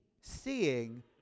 seeing